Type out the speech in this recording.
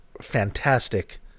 fantastic